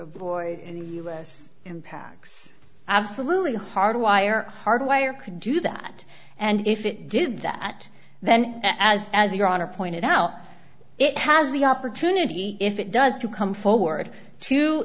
avoid any u s impacts absolutely hardwired hardwire could do that and if it did that then as as your honor pointed out it has the opportunity if it does to come forward to